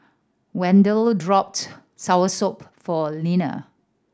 Wendell soursop for Lenna